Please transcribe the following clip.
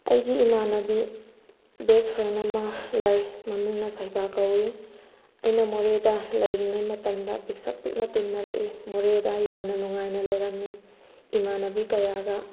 ꯑꯩꯒꯤ ꯏꯃꯥꯟꯅꯕꯤ best friend ꯑꯃ ꯂꯩ ꯃꯃꯤꯡꯅ ꯁꯩꯕꯥ ꯀꯧꯋꯤ ꯑꯩꯅ ꯃꯣꯔꯦꯗ ꯂꯩꯔꯤꯉꯩ ꯃꯇꯝꯗ ꯄꯤꯁꯛ ꯄꯤꯛꯅ ꯇꯤꯟꯅꯔꯛꯏ ꯃꯣꯔꯦꯗ ꯌꯥꯝꯅ ꯅꯨꯡꯉꯥꯏꯅ ꯂꯩꯔꯝꯃꯤ ꯏꯃꯥꯟꯅꯕꯤ ꯀꯌꯥꯒ